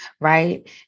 right